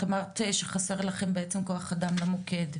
את אמרת שחסר לכם בעצם כוח אדם למוקד,